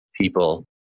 people